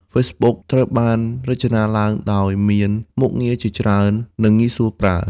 Facebook ត្រូវបានរចនាឡើងដោយមាន មុខងារជាច្រើននិងងាយស្រួលប្រើ។